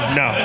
no